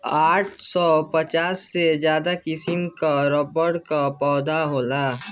आठ सौ पचास से ज्यादा किसिम कअ रबड़ कअ पौधा होला